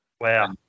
Wow